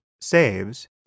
saves